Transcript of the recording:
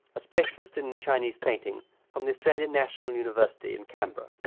a specialist in chinese painting from the australian national university in canberra.